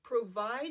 Provide